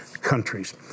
countries